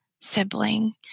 sibling